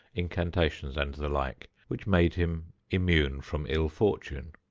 incantations and the like, which made him immune from ill-fortune.